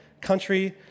country